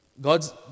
God's